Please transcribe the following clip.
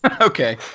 Okay